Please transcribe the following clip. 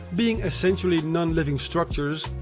being essentially non-living structures,